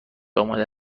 آمده